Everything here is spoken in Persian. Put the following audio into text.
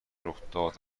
رخداد